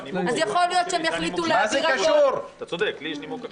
אז יכול להיות שהם יחליטו להעביר הכול --- מה זה קשור?